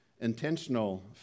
intentional